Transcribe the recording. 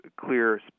clear